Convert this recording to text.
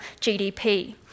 GDP